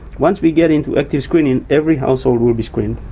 once we get into active screening, every household will be screened,